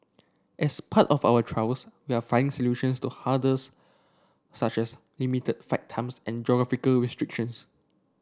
as part of our trials we are finding solutions to hurdles such as limited flight times and geographical restrictions